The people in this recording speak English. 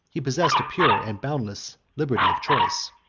he possessed a pure and boundless liberty of choice.